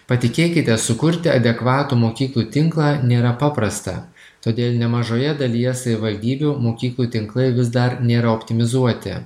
patikėkite sukurti adekvatų mokyklų tinklą nėra paprasta todėl nemažoje dalyje savivaldybių mokyklų tinklai vis dar nėra optimizuoti